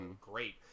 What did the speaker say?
great